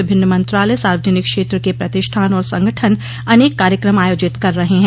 विभिन्न मंत्रालय सार्वजनिक क्षेत्र के प्रतिष्ठान और संगठन अनेक कार्यक्रम आयोजित कर रहे हैं